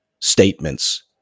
statements